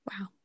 Wow